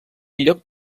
lloc